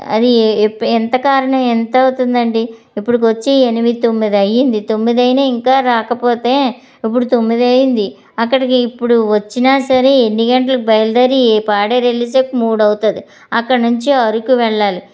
అది ఎప్ ఎంత కారణం ఎంతవుతుందండి ఇప్పుటికి వచ్చి ఎనిమిది తొమ్మిది అయ్యింది తొమ్మిదయినా ఇంకా రాకపోతే ఇప్పుడు తొమ్మిది అయింది అక్కడికి ఇప్పుడు వచ్చిన సరే ఎన్ని గంటలకు బయలుదేరి పాడేరు ఎళ్ళేసరికి మూడు అవుతుంది అక్కడ నుంచి అరకు వెళ్ళాలి